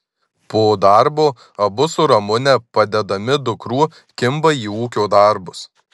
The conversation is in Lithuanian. po darbo abu su ramune padedami dukrų kimba į ūkio darbus